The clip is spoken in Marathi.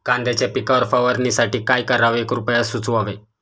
कांद्यांच्या पिकावर फवारणीसाठी काय करावे कृपया सुचवावे